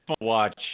watch